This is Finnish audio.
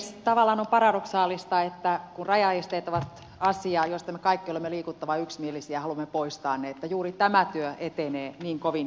tavallaan on paradoksaalista että kun rajaesteet ovat asia josta me kaikki olemme liikuttavan yksimielisiä haluamme poistaa ne niin juuri tämä työ etenee niin kovin hitaasti